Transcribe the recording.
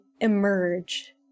emerge